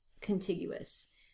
contiguous